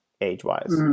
age-wise